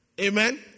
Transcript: Amen